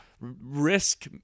Risk